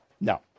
No